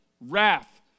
wrath